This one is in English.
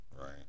right